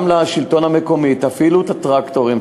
גם לשלטון המקומי: תפעילו את הטרקטורים,